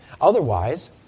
Otherwise